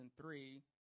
three